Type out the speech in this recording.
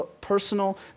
personal